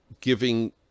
giving